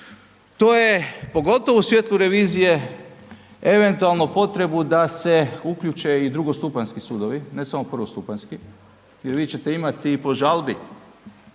To je pogotovo u svijetlu revizije eventualno potrebu da se uključe i drugostupanjski sudovi ne samo prvostupanjski, jer vi ćete imati i po žalbi,